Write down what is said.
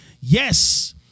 Yes